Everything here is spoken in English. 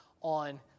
on